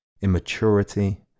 immaturity